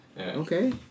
okay